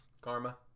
Karma